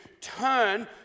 turn